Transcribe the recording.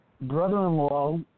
brother-in-law